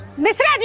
mrs.